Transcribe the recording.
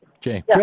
Jay